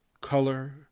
color